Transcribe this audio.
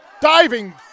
diving